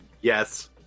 Yes